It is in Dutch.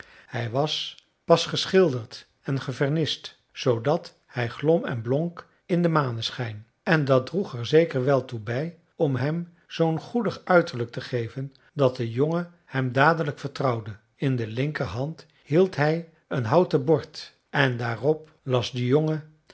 hij was pas geschilderd en gevernist zoodat hij glom en blonk in den maneschijn en dat droeg er zeker wel toe bij om hem zoo'n goedig uiterlijk te geven dat de jongen hem dadelijk vertrouwde in de linkerhand hield hij een houten bord en daarop las de jongen